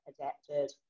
adapted